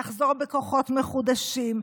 נחזור בכוחות מחודשים,